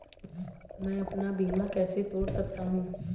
मैं अपना बीमा कैसे तोड़ सकता हूँ?